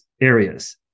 areas